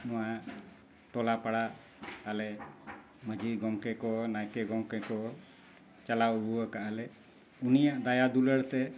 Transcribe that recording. ᱱᱚᱣᱟ ᱴᱚᱞᱟ ᱯᱟᱲᱟ ᱟᱞᱮ ᱢᱟᱺᱡᱷᱤ ᱜᱚᱢᱠᱮ ᱠᱚ ᱱᱟᱭᱠᱮ ᱜᱚᱢᱠᱮ ᱠᱚ ᱪᱟᱞᱟᱣ ᱟᱹᱜᱩ ᱟᱠᱟᱫᱼᱟᱞᱮ ᱩᱱᱤᱭᱟᱜ ᱫᱟᱭᱟ ᱫᱩᱞᱟᱹᱲ ᱛᱮ